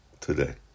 today